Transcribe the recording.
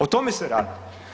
O tome se radi.